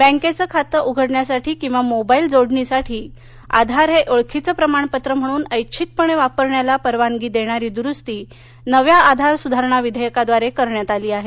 बँकेचं खातं उघडण्यासाठी किंवा मोबाईल जोडणीसाठी आधार हे ओळखीचं प्रमाणपत्र म्हणून ऐच्छिकपणे वापरण्याला परवानगी देणारी द्रुस्ती नव्या आधार सुधारणा विधेयकाद्वारे करण्यात आली आहे